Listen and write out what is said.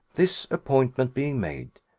this appointment being made,